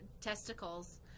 testicles